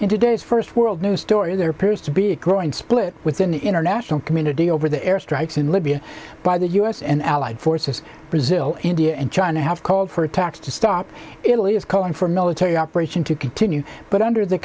today's first world news story there appears to be a growing split within the international community over the air strikes in libya by the u s and allied forces brazil india and china have called for attacks to stop italy is calling for a military operation to continue but under the